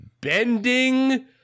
bending